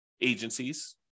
agencies